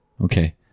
Okay